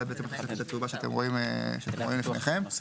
האוצר רצה שאני אדבר בשמו,